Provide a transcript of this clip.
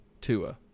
Tua